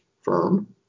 firm